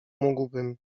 mógłbym